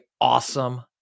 awesome